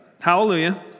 Hallelujah